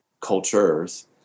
cultures